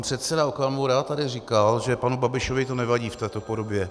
Pan předseda Okamura tady říkal, že panu Babišovi to nevadí v této podobě.